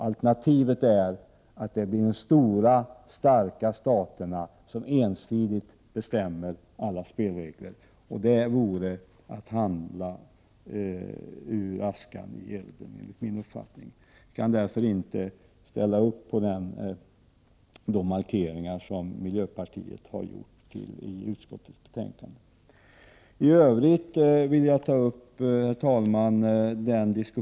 Alternativet är att de stora starka staterna ensidigt bestämmer reglerna. Det vore att hamna ur askan i elden, enligt min uppfattning. Jag kan därför inte ställa upp på de markeringar som miljöpartiet har gjort i utskottets betänkande.